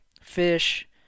fish